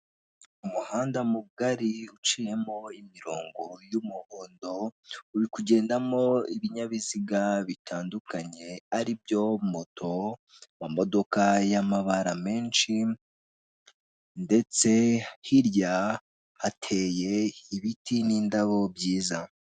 Umuhanda mugari uciyemo imirongo y'umuhondo uri kugendamo ibinyabiziga bitandukanye, ari byo moto, mamodoka y' amabara menshi, ndetse hirya hateye ibiti n'indabo byiza.